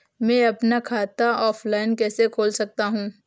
मैं अपना खाता ऑफलाइन कैसे खोल सकता हूँ?